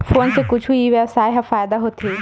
Phone से कुछु ई व्यवसाय हे फ़ायदा होथे?